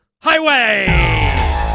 Highway